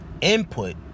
Input